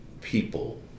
people